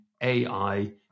AI